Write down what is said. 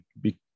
big